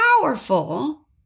powerful